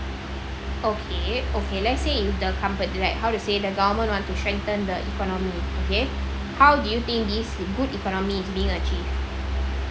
okay okay let's say if the compa~ like how to say the government want to strengthen the economy okay how do you think this good economy is being achieved